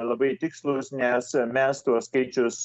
labai tikslūs nes mes tuos skaičius